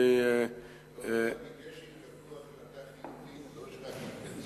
ביקש שיקבלו החלטה חיובית,